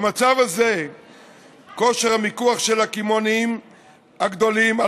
במצב הזה כושר המיקוח של הקמעונאים הגדולים על